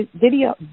video